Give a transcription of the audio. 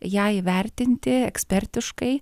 ją įvertinti ekspertiškai